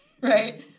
right